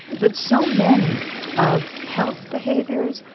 but so many of health behaviors,